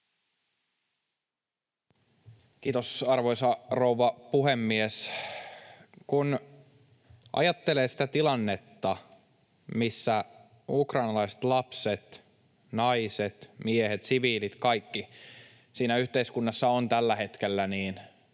Kiitos, arvoisa rouva puhemies! Kun ajattelee sitä tilannetta, missä ukrainalaiset lapset, naiset, miehet, siviilit, kaikki, siinä yhteiskunnassa ovat tällä hetkellä, niin